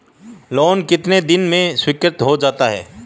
Loan कितने दिन में स्वीकृत हो जाता है?